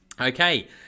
Okay